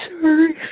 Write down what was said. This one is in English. sorry